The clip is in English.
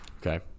Okay